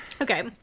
Okay